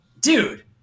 dude